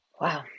Wow